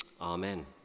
Amen